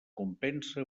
compensa